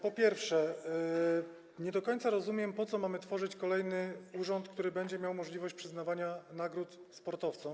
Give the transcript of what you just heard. Po pierwsze, nie do końca rozumiem, po co mamy tworzyć kolejny urząd, który będzie miał możliwość przyznawania nagród sportowcom.